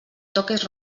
toques